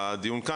האלה.